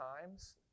times